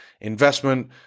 investment